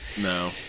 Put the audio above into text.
No